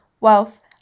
wealth